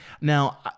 Now